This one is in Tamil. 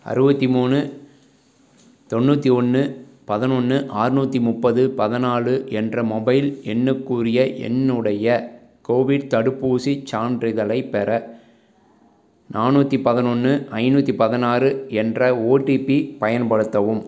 அறுபத்தி மூணு தொண்ணூற்றி ஒன்று பதினொன்று ஆறுநூத்தி முப்பது பதினாலு என்ற மொபைல் எண்ணுக்குரிய என்னுடைய கோவிட் தடுப்பூசிச் சான்றிதழைப் பெற நானூற்றி பதினொன்று ஐந்நூற்றி பதினாறு என்ற ஓடிபி பயன்படுத்தவும்